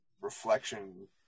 reflection